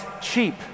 cheap